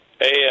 Hey